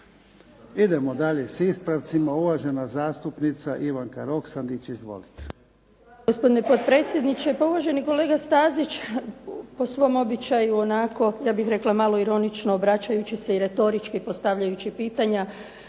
Idemo dalje sa ispravcima, uvažena zastupnica Ivanka Roksandić. Izvolite.